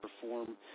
perform